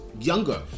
younger